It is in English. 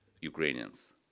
Ukrainians